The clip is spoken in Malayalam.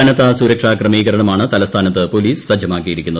കനത്ത സുരക്ഷാക്രമീകരണമാണ് തലസ്ഥാനത്ത് പോലീസ് സജ്ജമാക്കിയിരിക്കുന്നത്